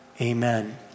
amen